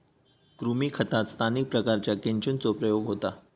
कृमी खतात स्थानिक प्रकारांच्या केंचुचो प्रयोग होता